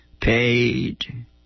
paid